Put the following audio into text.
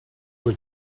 were